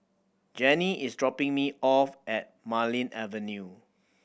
Janie is dropping me off at Marlene Avenue